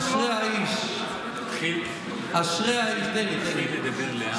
"אשרי האיש אשר לא הלך" תתחיל לדבר לאט,